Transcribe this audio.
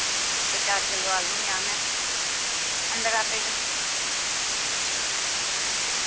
कोई चार किल्लो आलू बी आह्नने नराते च